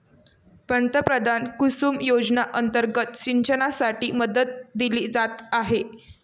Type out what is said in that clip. पंतप्रधान कुसुम योजना अंतर्गत सिंचनासाठी मदत दिली जात आहे